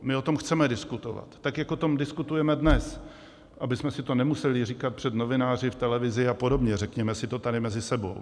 My o tom chceme diskutovat tak, jak o tom diskutujeme dnes, abychom si to nemuseli říkat před novináři v televizi a podobně, řekněme si to tady mezi sebou.